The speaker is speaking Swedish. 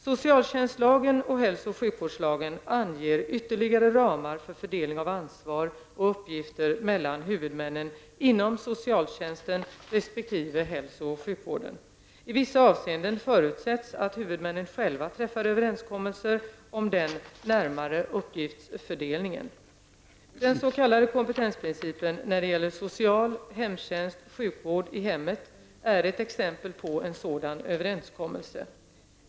Socialtjänstlagen och hälso och sjukvårdslagen anger ytterligare ramar för fördelning av ansvar och uppgifter mellan huvudmännen inom socialtjänsten resp. hälso och sjukvården. I vissa avseenden förutsätts att huvudmännen själva träffar överenskommelser om den närmare uppgiftsfördelningen. Den s.k. kompetensprincipen när det gäller social hemtjänst -- sjukvård i hemmet -- är ett exempel på en sådan överenskommelse.